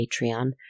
Patreon